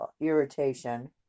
irritation